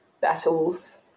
battles